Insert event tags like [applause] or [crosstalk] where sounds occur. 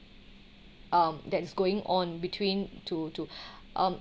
um that is going on between to to [breath] um